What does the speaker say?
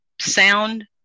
sound